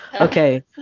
okay